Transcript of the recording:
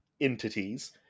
entities